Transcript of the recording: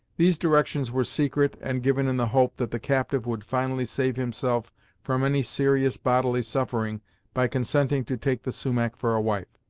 these directions were secret, and given in the hope that the captive would finally save himself from any serious bodily suffering by consenting to take the sumach for a wife.